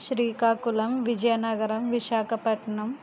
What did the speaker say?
Srikakulam Vizianagaram Visakhapatnam